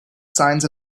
signs